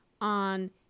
on